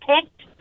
picked